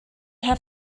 have